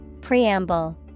Preamble